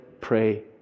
pray